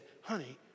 honey